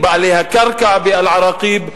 בעלי הקרקע באל-עראקיב,